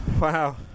Wow